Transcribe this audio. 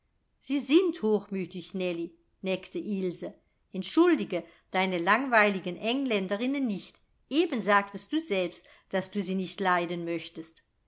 sie sind hochmütig nellie neckte ilse entschuldige deine langweiligen engländerinnen nicht eben sagtest du selbst daß du sie nicht leiden möchtest